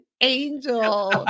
angel